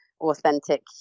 authentic